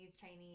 Chinese